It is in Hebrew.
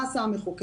מה עשה המחוקק?